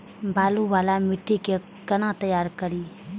बालू वाला मिट्टी के कोना तैयार करी?